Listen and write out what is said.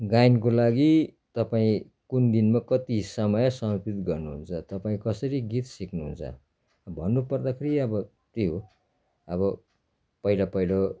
गायनको लागि तपाईँ कुन दिनमा कति समय समर्पित गर्नुहुन्छ तपाईँ कसरी गीत सिक्नुहुन्छ भन्नुपर्दाखेरि अब त्यही हो अब पहिला पहिलो